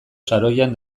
saroian